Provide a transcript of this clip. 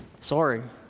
Sorry